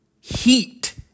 heat